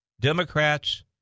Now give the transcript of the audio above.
Democrats